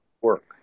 work